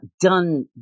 done